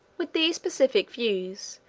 with these pacific views,